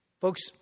Folks